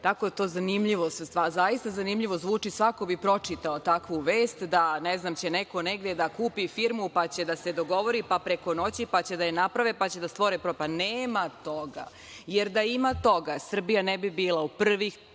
tako je to zanimljivo, zaista zanimljivo zvuči, svako bi pročitao takvu vest, da ne znam će neko negde da kupi firmu, pa će da se dogovori, pa preko noći, pa da će da je naprave, pa će da stvore, pa nema toga. Jer, da ima toga Srbija ne bi bila u prvih